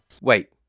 Wait